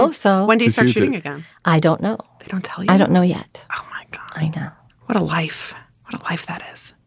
so when do you start shooting again. i don't know. they don't tell you i don't know yet. um like i know what a life life that is.